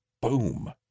Boom